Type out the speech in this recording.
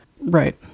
Right